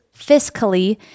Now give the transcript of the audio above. fiscally